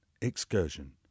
excursion